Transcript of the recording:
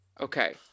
Okay